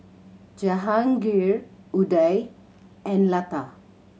Jehangirr Udai and Lata